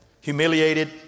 humiliated